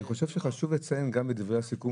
אני חושב שחשוב לציין גם בדברי הסיכום